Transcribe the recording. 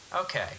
okay